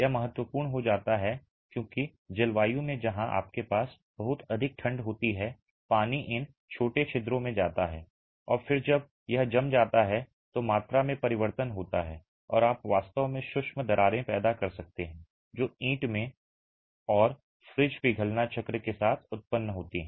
यह महत्वपूर्ण हो जाता है क्योंकि जलवायु में जहां आपके पास बहुत अधिक ठंड होती है पानी इन छोटे छिद्रों में जाता है और फिर जब यह जम जाता है तो मात्रा में परिवर्तन होता है और आप वास्तव में सूक्ष्म दरारें पैदा कर सकते हैं जो ईंट में और फ्रीज पिघलना चक्र के साथ उत्पन्न होती हैं